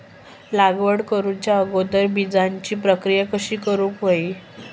लागवड करूच्या अगोदर बिजाची प्रकिया कशी करून हवी?